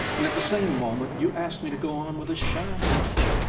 and at the same moment you asked me to go on with a sham one.